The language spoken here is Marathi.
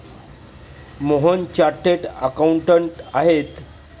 मोहन चार्टर्ड अकाउंटंट आहेत